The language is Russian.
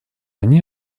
они